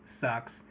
sucks